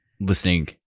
listening